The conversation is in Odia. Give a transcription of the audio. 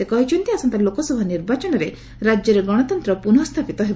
ସେ କହିଛନ୍ତି ଆସନ୍ତା ଲୋକସଭା ନିର୍ବାଚନରେ ରାଜ୍ୟରେ ଗଣତନ୍ତ୍ର ପୁନଃ ସ୍ଥାପିତ ହେବ